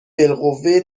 بالقوه